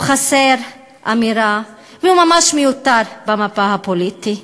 הוא חסר אמירה, והוא ממש מיותר במפה הפוליטית.